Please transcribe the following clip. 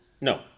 No